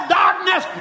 darkness